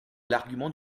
l’argument